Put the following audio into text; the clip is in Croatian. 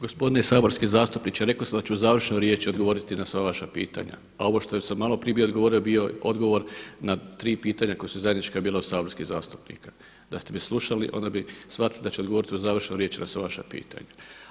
Gospodine saborski zastupniče, rekao sam da ću u završnoj riječi odgovoriti na sva vaša pitanja a ovo što sam malo prije bio odgovorio bio je odgovor na tri pitanja koja su zajednička bila od saborskih zastupnika, da ste me slušali onda bi shvatili da ću odgovoriti u završnoj riječi na sva vaša pitanja.